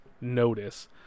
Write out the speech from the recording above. notice